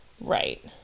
Right